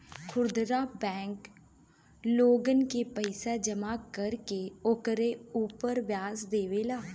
खुदरा बैंक लोगन के पईसा जमा कर के ओकरे उपर व्याज देवेला